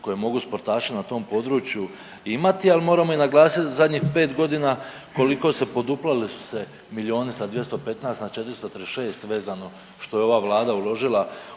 koje mogu sportaši na tom području imati, ali moram i naglasiti zadnjih 5 godina koliko se, poduplali su se milijuni sa 215 na 236 vezano što je ova Vlada uložila